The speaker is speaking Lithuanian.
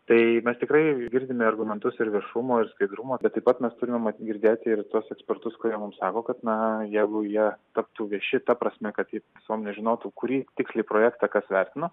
tai mes tikrai girdime argumentus ir viešumo ir skaidrumo bet taip pat mes turime girdėti ir tuos ekspertus kurie mums sako kad na jeigu jie taptų vieši ta prasme kad visuomenė žinotų kurį tiksliai projektą kas vertino